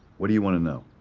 what do you wanna know?